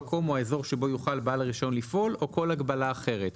המקום או האזור שבו יוכל בעל הרישיון לפעול או כל הגבלה אחרת.